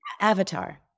avatar